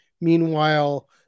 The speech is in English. Meanwhile